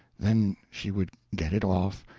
then she would get it off,